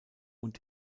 und